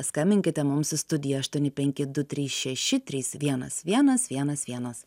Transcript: skambinkite mums į studiją aštuoni penki du trys šeši trys vienas vienas vienas vienas